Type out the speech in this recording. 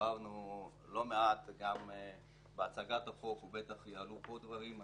ודיברנו לא מעט, גם בהצגת החוק בטח יעלו פה דברים.